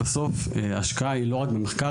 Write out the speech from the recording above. בסוף ההשקעה היא לא רק במחקר,